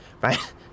right